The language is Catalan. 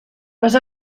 les